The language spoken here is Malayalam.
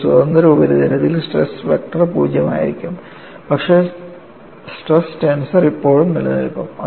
ഒരു സ്വതന്ത്ര ഉപരിതലത്തിൽ സ്ട്രെസ് വെക്റ്റർ 0 ആയിരിക്കും പക്ഷേ സ്ട്രെസ് ടെൻസർ ഇപ്പോഴും നിലനിൽക്കും